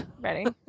Ready